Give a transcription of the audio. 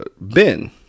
Ben